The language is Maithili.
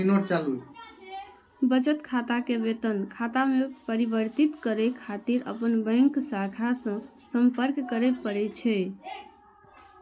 बचत खाता कें वेतन खाता मे परिवर्तित करै खातिर अपन बैंक शाखा सं संपर्क करय पड़ै छै